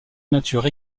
nature